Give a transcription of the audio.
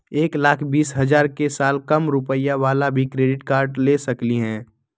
एक लाख बीस हजार के साल कम रुपयावाला भी क्रेडिट कार्ड ले सकली ह?